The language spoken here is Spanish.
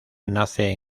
nace